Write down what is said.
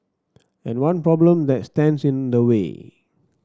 and one problem that stands in the way